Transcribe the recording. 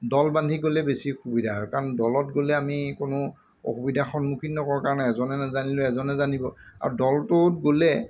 দল বান্ধি গ'লে বেছি সুবিধা হয় কাৰণ দলত গ'লে আমি কোনো অসুবিধাৰ সন্মুখীন নকৰোঁ কাৰণ এজনে নেজানিলেও এজনে জানিব আৰু দলটোত গ'লে